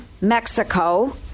Mexico